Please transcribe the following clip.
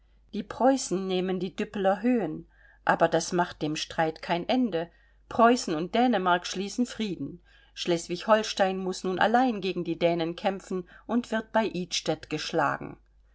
die preußen nehmen die düppeler höhen aber das macht dem streit kein ende preußen und dänemark schließen frieden schleswig holstein muß nun allein gegen die dänen kämpfen und wird bei idstedt geschlagen